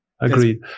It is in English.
agreed